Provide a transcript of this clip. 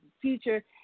future